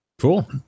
Cool